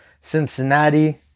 Cincinnati